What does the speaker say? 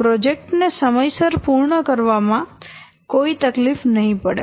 project ને સમયસર પૂર્ણ કરવામાં કોઈ તકલીફ નહિ પડે